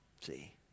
See